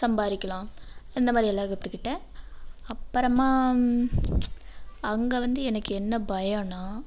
சம்பாதிக்கிலாம் இந்த மாதிரி எல்லாம் கற்றுக்கிட்டேன் அப்புறமா அங்கே வந்து எனக்கு என்ன பயோம்னா